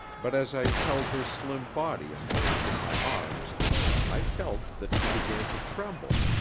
but as i held her slim body a moment in my arms i felt that she began to tremble.